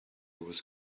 was